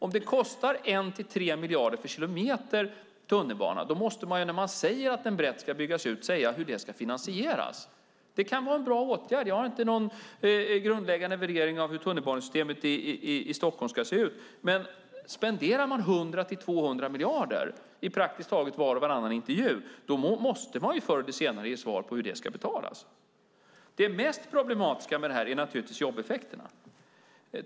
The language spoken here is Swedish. Om det kostar 1-3 miljarder per kilometer tunnelbana måste man, när man säger att den ska byggas ut brett, säga hur det ska finansieras. Det kan vara en bra åtgärd - jag har ingen grundläggande värdering av hur tunnelbanesystemet i Stockholm ska se ut. Men spenderar man 100-200 miljarder i praktiskt taget var och varannan intervju måste man förr eller senare ge svar på hur det ska betalas. Det mest problematiska med detta är naturligtvis jobbeffekterna.